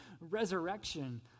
resurrection